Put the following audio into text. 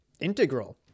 integral